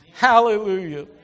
Hallelujah